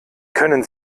können